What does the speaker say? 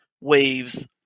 waves